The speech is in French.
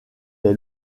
est